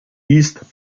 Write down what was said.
east